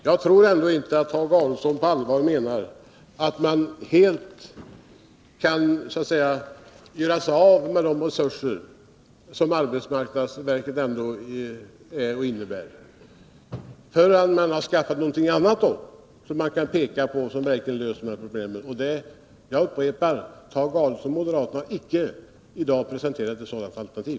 Jag tror ändå inte att Tage Adolfsson på allvar menar att man kan helt göra sig av med de resurser som AMS ändå innebär, förrän man har skaffat något annat som verkligen kan lösa dessa problem. Jag upprepar: Tage Adolfsson och moderaterna har i detta fall inte presenterat ett sådant alternativ.